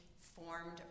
formed